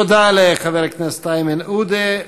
תודה לחבר הכנסת איימן עודה.